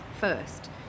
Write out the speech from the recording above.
first